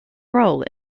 role